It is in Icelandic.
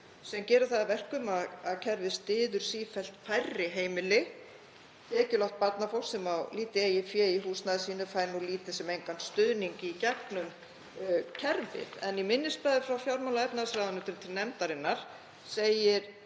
sem gerir það að verkum að kerfið styður sífellt færri heimili. Tekjulágt barnafólk sem á lítið eigið fé í húsnæði sínu fær nú lítinn sem engan stuðning í gegnum kerfið. Í minnisblaði frá fjármála- og efnahagsráðuneytinu til nefndarinnar segir